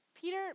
Peter